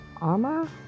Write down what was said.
armor